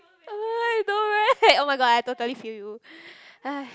I know right oh-my-god I totally feel you